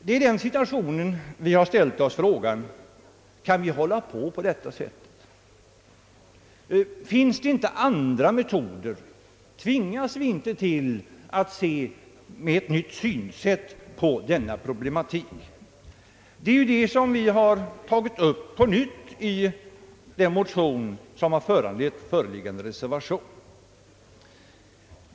Det är i denna situation vi har ställt oss frågan om det kan fortsätta på detta sätt. Finns det inte andra metoder? Tvingas vi inte att gå in för ett nytt synsätt i denna problematik? Det är detta spörsmål som vi på nytt har tagit upp i den motion som föranlett föreliggande reservation.